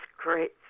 great